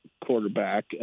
quarterback